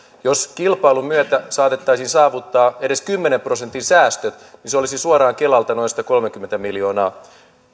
jos kilpailun myötä saatettaisiin saavuttaa edes kymmenen prosentin säästöt niin se olisi suoraan kelalta noin satakolmekymmentä miljoonaa